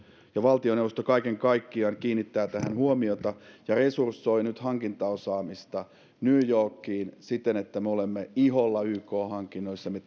ja valtioneuvosto kaiken kaikkiaan kiinnittävät tähän huomiota ja resursoivat nyt hankintaosaamista new yorkiin siten että me olemme iholla yk hankinnoissa me